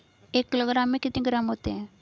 एक किलोग्राम में कितने ग्राम होते हैं?